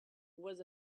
was